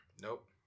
Nope